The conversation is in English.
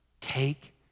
take